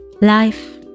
Life